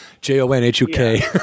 J-O-N-H-U-K